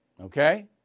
Okay